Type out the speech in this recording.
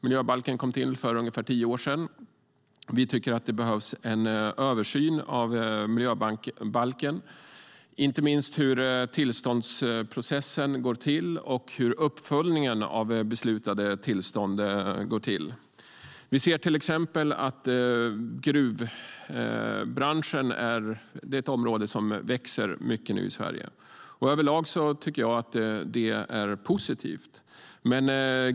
Miljöbalken kom för ungefär tio år sedan. Vi tycker att det behövs en översyn av miljöbalken, inte minst hur tillståndsprocessen går till och hur uppföljningen av beslutade tillstånd går till. Vi ser till exempel att gruvbranschen är ett område som växer mycket i Sverige. Över lag är det positivt.